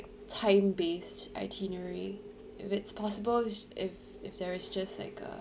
time based itinerary if it's possible if if there is just like a